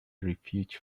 refuge